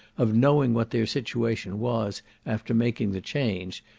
of knowing what their situation was after making the change,